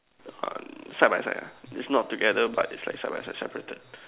ya side by side lah it's not together but it's like side by side separated